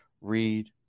read